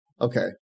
okay